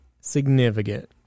significant